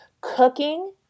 cooking